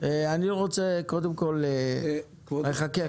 עבודתם ולא הגיעו לפה